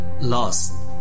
lost